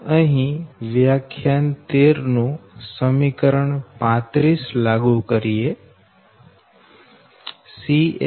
અહી વ્યાખ્યાન 13 નું સમીકરણ 35 લાગુ કરીએ Can0